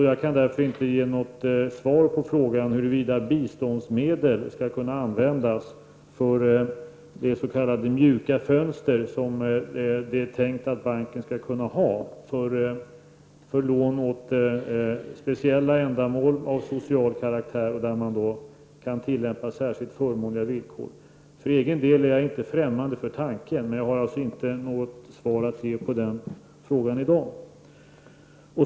Jag kan därför inte ge något svar på frågan huruvida biståndsmedel skall kunna användas för de s.k. mjuka fönster som det är tänkt att banken skall kunna ha för lån för speciella ändamål av social karaktär och där man kan tillämpa särskilt förmånliga villkor. För egen del är jag inte främmande för tanken, men jag har alltså inte något svar att ge på den frågan i dag.